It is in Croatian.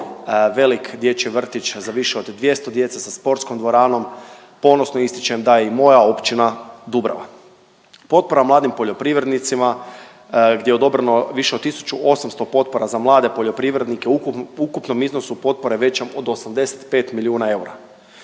velik dječji vrtić za više od 200 djece sa sportskom dvoranom ponosno ističem da i moja općina Dubrava. Potpora mladim poljoprivrednicima gdje je odobreno više od 1800 potpora za mlade poljoprivrednike u ukupnom iznosu potpore većem od 85 milijuna eura.